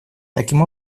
таким